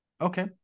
Okay